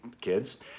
kids